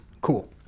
Cool